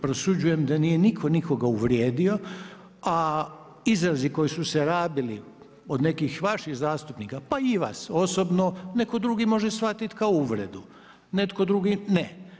Prosuđujem da nije nikoga uvrijedio, a izrazi koji su se rabili od nekih vaših zastupnika pa i vas osobno, neko drugi može shvatiti kao uvredu, netko drugi ne.